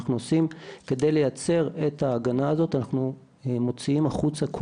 כדי לייצר את ההגנה הזאת אנחנו מוציאים החוצה כל